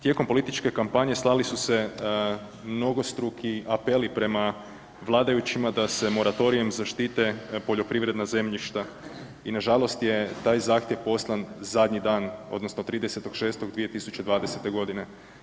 Tijekom političke kampanje slali su se mnogostruki apeli prema vladajućima da se moratorijem zaštite poljoprivredna zemljišta i nažalost je taj zahtjev poslan zadnji dan odnosno 30.6.2020. godine.